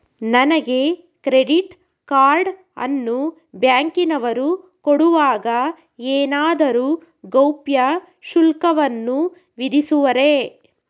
ನನಗೆ credit card ಅನ್ನು ಬ್ಯಾಂಕಿನವರು ಕೊಡುವಾಗ ಏನಾದರೂ ಗೌಪ್ಯ ಶುಲ್ಕವನ್ನು ವಿಧಿಸುವರೇ?